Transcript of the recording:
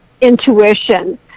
intuition